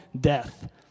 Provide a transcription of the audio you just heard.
death